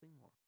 more